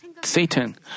Satan